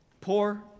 Poor